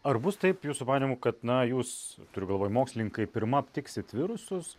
ar bus taip jūsų manymu kad na jūs turiu galvoj mokslininkai pirma aptiksit virusus